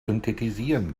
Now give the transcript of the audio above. synthetisieren